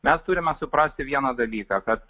mes turime suprasti vieną dalyką kad